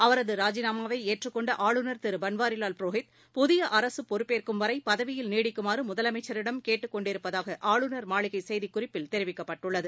அவரது ராஜினாமாவை ஏற்றுக்கொண்ட ஆளுநர் திரு பன்வாரிலால் புரோஹித் புதிய அரசு பொறுப்பேற்கும் வரை பதவியில் நீடிக்குமாறு முதலமைச்சிடம் கேட்டுக்கொண்டிருப்பதாக ஆளுநர் மாளிகை செய்திக்குறிப்பில் தெரிவிக்கப்பட்டுள்ளது